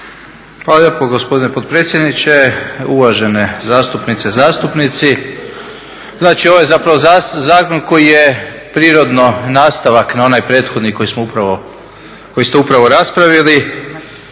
Hvala lijepo gospodine potpredsjedniče, uvažene zastupnice i zastupnici. Znači ovo je zapravo zakon koji je prirodno nastavak na onaj prethodni koji ste upravo raspravili.